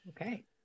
okay